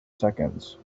seconds